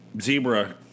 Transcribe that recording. zebra